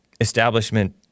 establishment